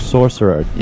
Sorcerer